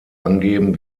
angeben